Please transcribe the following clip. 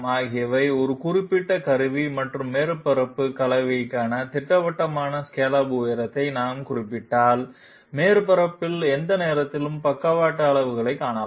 ஆகவே ஒரு குறிப்பிட்ட கருவி மற்றும் மேற்பரப்பு கலவைக்கான திட்டவட்டமான ஸ்காலப் உயரத்தை நாம் குறிப்பிட்டால் மேற்பரப்பில் எந்த நேரத்திலும் பக்கவாட்டு அளவைக் காணலாம்